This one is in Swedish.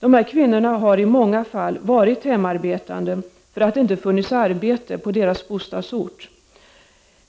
Dessa kvinnor har i många fall varit hemarbetande för att det inte funnits arbeten på deras bostadsort